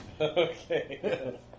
Okay